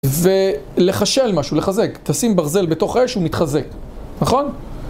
ולחשל משהו, לחזק, תשים ברזל בתוך אש ומתחזק, נכון?